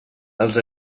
els